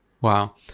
Wow